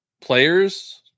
players